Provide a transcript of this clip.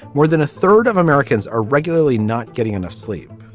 more than a third of americans are regularly not getting enough sleep.